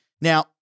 Now